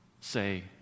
say